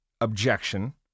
objection